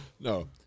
No